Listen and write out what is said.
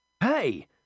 Hey